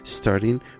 starting